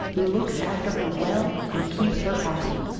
who looks after her well and keeps her happy.